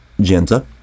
Genta